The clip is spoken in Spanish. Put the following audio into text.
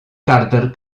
carter